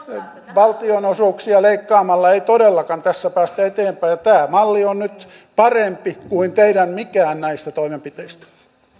valtionosuuksia leikkaamalla ei todellakaan tässä päästä eteenpäin tämä malli on nyt parempi kuin mikään näistä teidän toimenpiteistänne